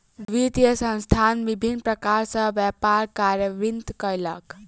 वित्तीय संस्थान विभिन्न प्रकार सॅ व्यापार कार्यान्वित कयलक